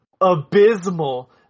abysmal